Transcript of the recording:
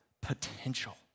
potential